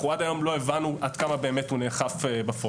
אנחנו עד היום לא הבנו עד כמה באמת הוא נאכף בפועל.